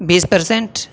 بیس percent